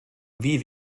wie